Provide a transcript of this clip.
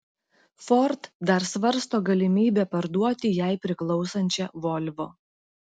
ford dar svarsto galimybę parduoti jai priklausančią volvo